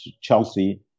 Chelsea